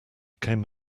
came